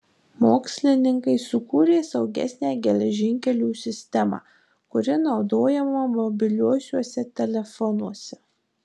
mokslininkai sukūrė saugesnę geležinkelių sistemą kuri naudojama mobiliuosiuose telefonuose